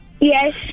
Yes